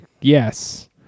yes